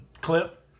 Clip